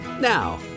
Now